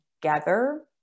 together